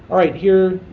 all right, here.